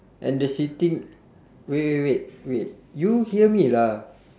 and the sitting wait wait wait wait you hear me lah